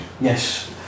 Yes